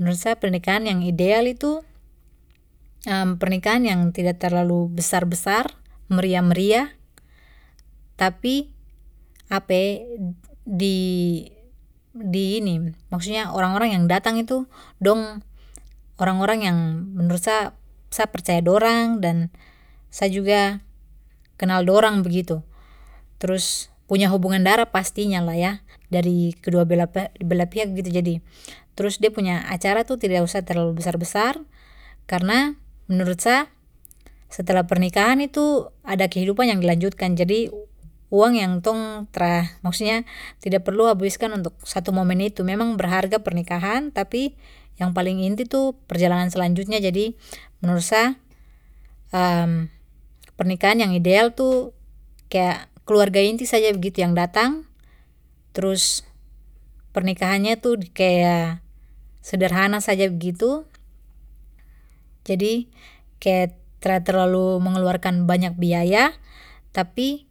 Menurut sa pernikahan yang idela itu pernikahan yang tidak terlalu besar besar meriah meriah tapi di-di ini maksudnya orang orang yang datang itu dong orang orang yang menurut sa sa percaya dorang dan sa juga kenal dorang begitu terus punya hubungan darah pastinya lah ya dari kedua bela pe-bela pihak begitu jadi trus de punya acara tu tida usah terlalu besar besar karna menurut sa setelah pernikahan itu ada kehidupan yang dilanjutkan jadi uang yang tong tra maksudnya tidak perlu habiskan untuk satu momen itu memang berharga pernikahan tapi yang paling inti tu perjalanan selanjutnya jadi menurut sa pernikahan yang ideal tu kaya keluarga inti saja begitu yang datang trus pernikahannya tu kaya sederhana saja begitu, jadi kaya tra terlalu mengeluarkan banyak biaya tapi